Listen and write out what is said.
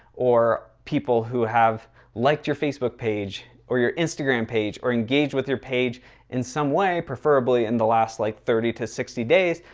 or people who have liked your facebook page, or your instagram page, or engage with your page in some way, preferably in the last like thirty to sixty days,